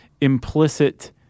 implicit